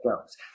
goes